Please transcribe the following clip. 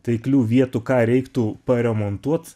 taiklių vietų ką reiktų paremontuot